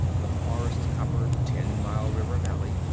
the forest-covered, ten-mile river valley.